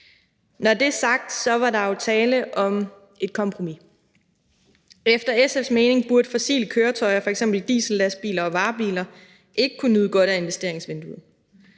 Når det er sagt, var der jo tale om et kompromis. Efter SF's mening burde fossile køretøjer, f.eks. diesellastbiler og -varebiler, ikke kunne nyde godt af investeringsvinduet.